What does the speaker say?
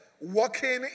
walking